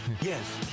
Yes